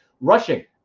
Rushing